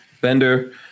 Bender